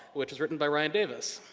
which was written by ryan davis.